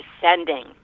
descending